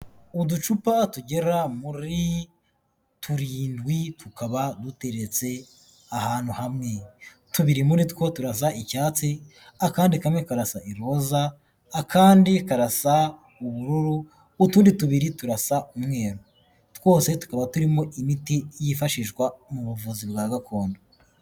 Uducupa tugera muri turindwi tukaba duteretse ahantu hamwe, tubiri muri two turasa icyatsi, akandi kamwe karasa iroza, akandi karasa ubururu, utundi tubiri turasa umweru, twose tukaba turimo imiti yifashishwa mu buvuzi bwa gakondo.